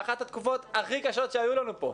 באחת התקופות הכי קשות שהיו לנו פה,